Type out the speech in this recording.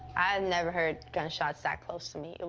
i've never heard gunshots that close to me.